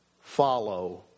follow